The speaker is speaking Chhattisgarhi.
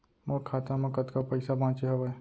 मोर खाता मा कतका पइसा बांचे हवय?